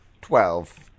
Twelve